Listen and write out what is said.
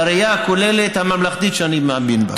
בראייה הכוללת הממלכתית שאני מאמין בה.